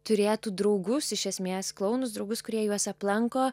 turėtų draugus iš esmės klounus draugus kurie juos aplanko